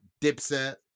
Dipset